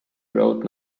road